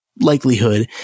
likelihood